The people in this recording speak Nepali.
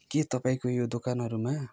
के तपाईँको यो दोकानहरूमा